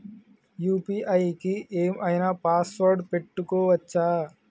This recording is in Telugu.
యూ.పీ.ఐ కి ఏం ఐనా పాస్వర్డ్ పెట్టుకోవచ్చా?